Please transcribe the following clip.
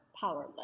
powerless